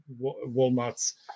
Walmart's